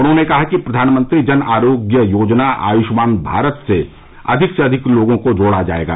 उन्होंने कहा कि प्रधानमंत्री जन आरोग्य योजना आयुष्मान भारत से अधिक से अधिक लोगों को जोड़ा जायेगा